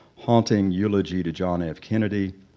haunting eulogy to john f. kennedy.